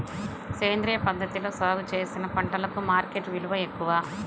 సేంద్రియ పద్ధతిలో సాగు చేసిన పంటలకు మార్కెట్ విలువ ఎక్కువ